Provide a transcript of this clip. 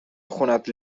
خونت